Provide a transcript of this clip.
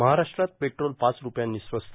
महाराष्ट्रात पेट्रोल पाच रुपयांनी स्वस्त